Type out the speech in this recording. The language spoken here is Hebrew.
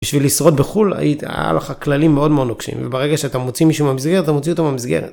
בשביל לשרוד בחו"ל היה כללים מאוד מאוד נוקשים, וברגע שאתה מוציא מישהו מהמסגרת אתה מוציא אותו מהמסגרת.